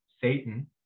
Satan